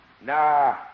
Nah